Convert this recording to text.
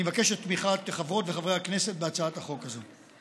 אני אבקש את תמיכת חברות וחברי הכנסת להצעת החוק הזאת.